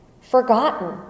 forgotten